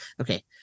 okay